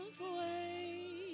away